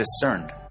discerned